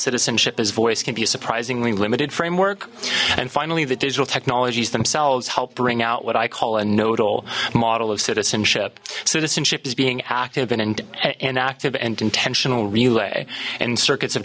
citizenship as voice can be a surprisingly limited framework and finally the digital technologies themselves help bring out what i call a nodal model of citizenship citizenship is being active in an inactive and intentional relay and circu